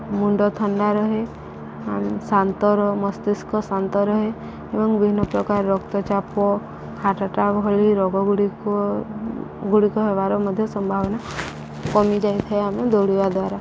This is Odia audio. ମୁଣ୍ଡ ଥଣ୍ଡା ରହେ ଶାନ୍ତର ମସ୍ତିଷ୍କଶାନ୍ତ ରହେ ଏବଂ ବିଭିନ୍ନ ପ୍ରକାର ରକ୍ତଚାପ ହାର୍ଟ୍ ଆଟାକ୍ ଭଳି ରୋଗ ଗୁଡ଼ିକ ଗୁଡ଼ିକ ହେବାର ମଧ୍ୟ ସମ୍ଭାବନା କମିଯାଇଥାଏ ଆମେ ଦୌଡ଼ିବା ଦ୍ୱାରା